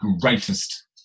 greatest